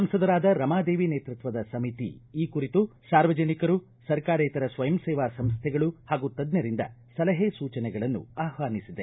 ಸಂಸದರಾದ ರಮಾದೇವಿ ನೇತೃತ್ವದ ಸಮಿತಿ ಈ ಕುರಿತು ಸಾರ್ವಜನಿಕರು ಸರ್ಕಾರೇತರ ಸ್ವಯಂ ಸೇವಾ ಸಂಸ್ಥೆಗಳು ಹಾಗೂ ತಜ್ಞರಿಂದ ಸಲಹೆ ಸೂಚನೆಗಳನ್ನು ಆಹ್ವಾನಿಸಿದೆ